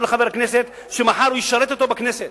לחבר כנסת שמחר הוא ישרת אותו בכנסת,